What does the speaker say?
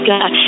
God